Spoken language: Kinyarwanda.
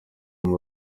hari